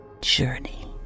journey